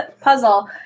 puzzle